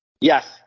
Yes